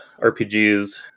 RPGs